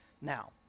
Now